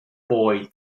boy